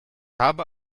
habe